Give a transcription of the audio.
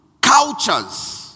Cultures